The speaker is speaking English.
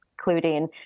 including